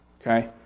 okay